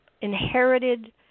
inherited